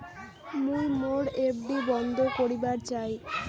মুই মোর এফ.ডি বন্ধ করিবার চাই